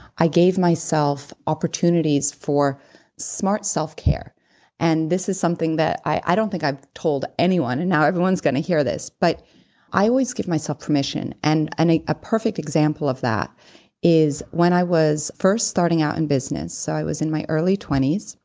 i gave myself opportunities for smart self-care and this is something that i don't think i've told anyone and now everyone is going to hear this, but i always give myself permission. and and a ah perfect example of that is when i was first starting out in business, so i was in my early twenty s,